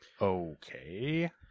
Okay